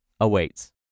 awaits